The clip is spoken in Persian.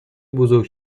بزرگ